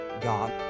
God